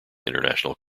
international